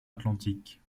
atlantique